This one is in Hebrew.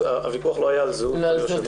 הוויכוח לא היה על זהות היושב-ראש,